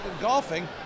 golfing